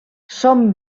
són